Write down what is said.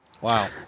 Wow